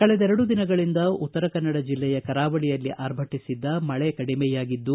ಕಳೆದೆರಡು ದಿನಗಳಿಂದ ಉತ್ತರಕನ್ನಡ ಜಿಲ್ಲೆಯ ಕರಾವಳಿಯಲ್ಲಿ ಆರ್ಭಟಿಸಿದ್ದ ಮಳೆ ಕಡಿಮೆಯಾಗಿದ್ದು